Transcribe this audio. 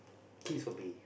kids will be